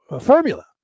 formula